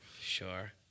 Sure